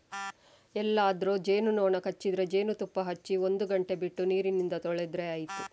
ಎಲ್ಲಾದ್ರೂ ಜೇನು ನೊಣ ಕಚ್ಚಿದ್ರೆ ಜೇನುತುಪ್ಪ ಹಚ್ಚಿ ಒಂದು ಗಂಟೆ ಬಿಟ್ಟು ನೀರಿಂದ ತೊಳೆದ್ರೆ ಆಯ್ತು